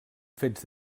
fets